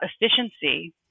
efficiency